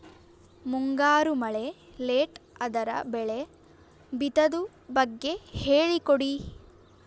ಮುಂಗಾರು ಮಳೆ ಲೇಟ್ ಅದರ ಬೆಳೆ ಬಿತದು ಬಗ್ಗೆ ಹೇಳಿ ಕೊಡಿ?